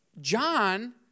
John